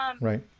Right